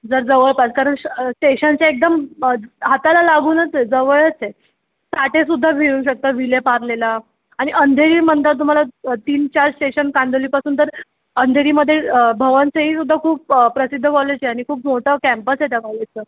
जर जवळपास कारण श स्टेशनच्या एकदम हाताला लागूनच आहे जवळच आहे साठे सुद्धा मिळू शकतं विलेपार्लेला आणि अंधेरीनंतर तुम्हाला तीन चार स्टेशन कांदिवलीपासून तर अंधेरीमध्ये भवन्सही सुद्धा खूप प्रसिद्ध कॉलेज आहे आणि खूप मोठं कॅम्पस आहे त्या कॉलजेचं